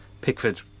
Pickford